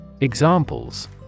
Examples